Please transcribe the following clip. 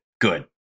good